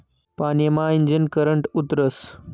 पानी मा ईजनं करंट उतरस